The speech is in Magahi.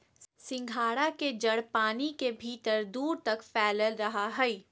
सिंघाड़ा के जड़ पानी के भीतर दूर तक फैलल रहा हइ